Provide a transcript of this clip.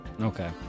Okay